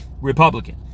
Republican